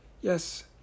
Yes